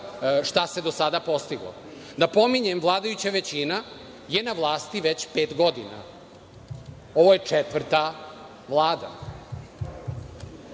šta se do sada postiglo. Napominjem, vladajuća većina je na vlasti već pet godina. Ovo je četvrta Vlada.